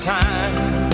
time